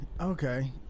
okay